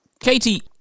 Katie